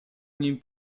nim